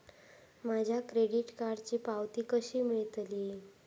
माझ्या क्रेडीट कार्डची पावती कशी मिळतली?